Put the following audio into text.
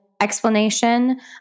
explanation